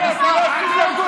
אתם מגינים על שטחי